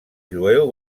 jueu